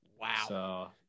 Wow